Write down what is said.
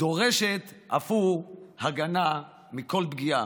דורשת אף היא הגנה מכל פגיעה,